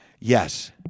yes